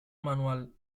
manual